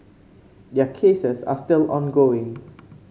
their cases are still ongoing